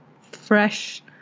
fresh